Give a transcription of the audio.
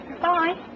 Bye